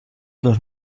dos